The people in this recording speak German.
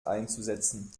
einzusetzen